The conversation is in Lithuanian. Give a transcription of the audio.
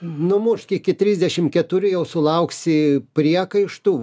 numušk iki trisdešimt keturių jau sulauksi priekaištų